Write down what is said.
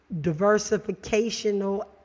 diversificational